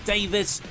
Davis